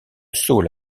saule